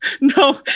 no